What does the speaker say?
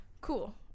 Cool